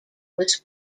was